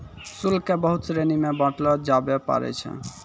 शुल्क क बहुत श्रेणी म बांटलो जाबअ पारै छै